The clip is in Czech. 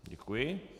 Děkuji.